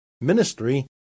ministry